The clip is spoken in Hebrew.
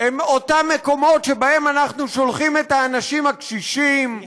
אותם מקומות שאליהם אנחנו שולחים את האנשים הקשישים,